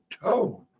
tone